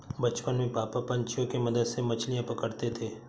बचपन में पापा पंछियों के मदद से मछलियां पकड़ते थे